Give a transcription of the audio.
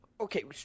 Okay